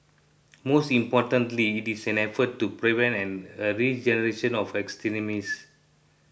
most importantly it is an effort to prevent a regeneration of extremists